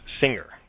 Singer